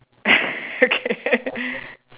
okay